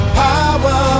power